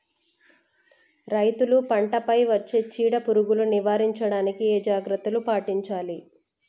రైతులు పంట పై వచ్చే చీడ పురుగులు నివారించడానికి ఏ జాగ్రత్తలు పాటించాలి?